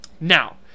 Now